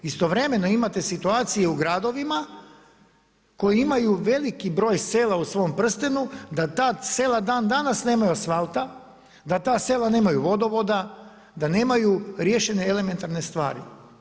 Istovremeno imate situaciju u gradovima, koji imaju veliki broj sela u svom prstenu, da ta sela dan danas nemaju asfalta, da ta sela nemaju vodovoda, da nemaju riješene elementarne stvari.